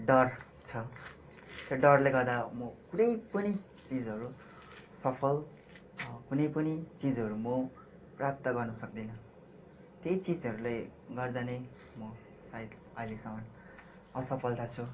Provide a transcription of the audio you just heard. डर छ त्यो डरले गर्दा म कुनै पनि चिजहरू सफल कुनै पनि चिजहरू मो प्राप्त गर्न सक्दिनँ तै चिजहरूले गर्दा नै म सायद अहिलेसम्म असफलता छु